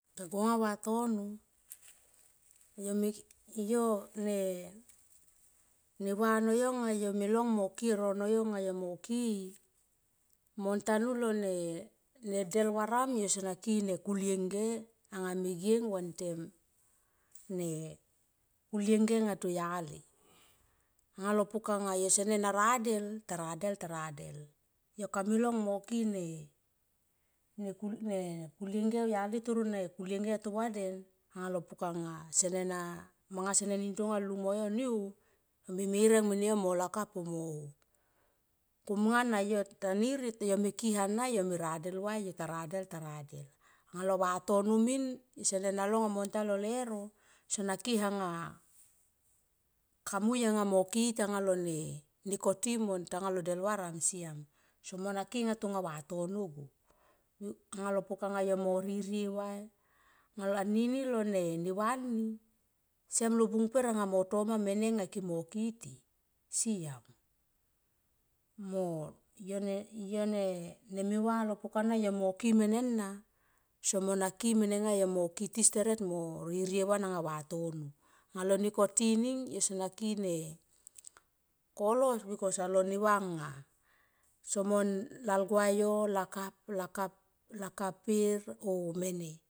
Ta gonga vatono yo me yo ne va nayo nga yo me long ko ki e rono yo nga yo mo ki i montanu lo ne de vanam yo sana ki kulienge anga memeng wantem ne kulienge nga toyali anga lo pakanga yo sene na nadel ta radel ta radel yo kame long mo ki ne kulienge au yali tone ne kulienge anga to va den anga lo puka nga sene na manga sene nin tonga mo lung mo yo ni ho me menang mene yo mo lakap oh mo ho. Kom nga yo ta ni yo me ki ana yo me radel vai yo ta radel to radel anga lo vatono min sene na long monta lo leuro sona ki anga kamui anga yo mo ki i tanga lo nekoti monta lo del varam siam somona ki anga tonga vatono go anga lo bukanga yo mo ririe vai anini lo ne va ni siam lo bung pek anga mo toma mene ngake mo kiti siam mo yo ne me va lo pukana yo mo ki mene na somo na ki menga yo mo kiti steret yo mo ririe van alo vatono. Alo nekoti ning yo sona ki ne kolos bikos alo ne va nga somon lalgua yo lakap, lakap, lakaper oh mene